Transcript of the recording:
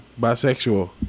bisexual